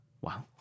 Wow